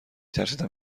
ترسیدم